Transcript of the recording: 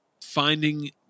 finding